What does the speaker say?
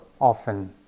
often